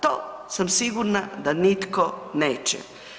To sam sigurna da nitko neće.